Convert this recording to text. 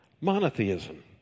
monotheism